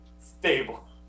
Stable